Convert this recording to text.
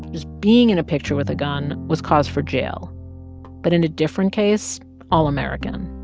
just being in a picture with a gun was cause for jail but in a different case all american.